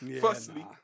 Firstly